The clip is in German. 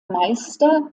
meister